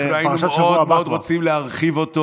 אנחנו כבר בפרשת השבוע הבאה.